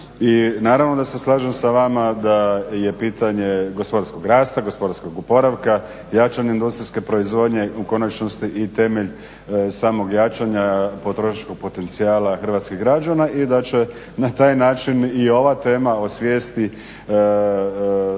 naravno da se slažem sa vama da je pitanje gospodarskog rasta, gospodarskog oporavka, jačanje industrijske proizvodnje u konačnosti i temelj samog jačanja potrošačkog potencijala hrvatskih građana i da će na taj način i ova tema o svijesti samih